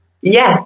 Yes